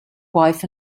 wife